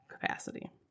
capacity